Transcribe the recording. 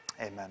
Amen